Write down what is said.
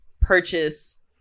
purchase